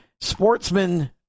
sportsman